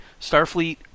Starfleet